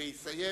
ויסיים